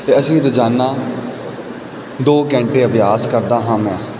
ਅਤੇ ਅਸੀਂ ਰੋਜ਼ਾਨਾ ਦੋ ਘੰਟੇ ਅਭਿਆਸ ਕਰਦਾ ਹਾਂ ਮੈਂ